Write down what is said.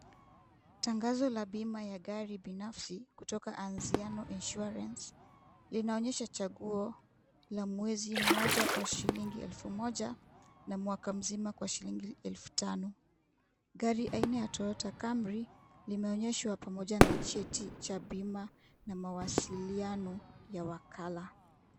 Tangazo la bima ya gari binafsi kutoka Anziano Insurance linaonyesha chaguo la mwezi mmoja, kwa shilingi elfu moja na mwaka mzima kwa shilingi elfu tano. Gari aina ya Toyota Kamri limeonyeshwa pamoja na cheti cha bima na mawasiliano ya wakala.